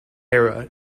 era